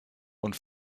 und